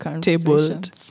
tabled